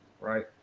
right